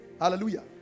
Hallelujah